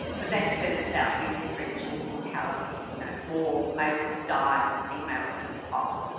but that turns out to be differential mortality. you know, more males die than females when it's hot.